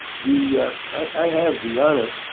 the i have the honor